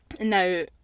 Now